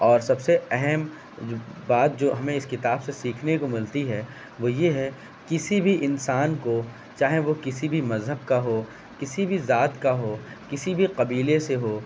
اور سب سے اہم بات جو ہمیں اس کتاب سے سیکھنے کو ملتی ہے وہ یہ ہے کسی بھی انسان کو چاہے وہ کسی بھی مذہب کا ہو کسی بھی ذات کا ہو کسی بھی قبیلے سے ہو